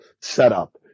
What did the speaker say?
setup